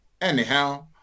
Anyhow